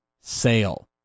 Sale